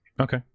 okay